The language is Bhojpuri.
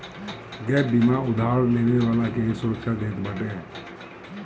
गैप बीमा उधार लेवे वाला के सुरक्षा देत बाटे